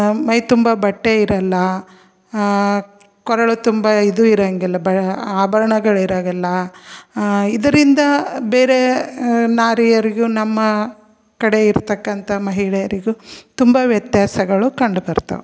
ಮೈ ತುಂಬ ಬಟ್ಟೆ ಇರೋಲ್ಲ ಕೊರಳು ತುಂಬ ಇದು ಇರೋಂಗಿಲ್ಲ ಬ ಆಭರಣಗಳಿರಾಗಿಲ್ಲ ಇದರಿಂದ ಬೇರೆ ನಾರಿಯರಿಗೂ ನಮ್ಮ ಕಡೆ ಇರತಕ್ಕಂಥ ಮಹಿಳೆಯರಿಗೂ ತುಂಬ ವ್ಯತ್ಯಾಸಗಳು ಕಂಡು ಬರ್ತವೆ